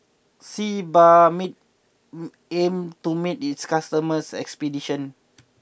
Sebamed aim to meet its customers' expectation